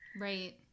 Right